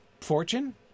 fortune